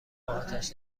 آتش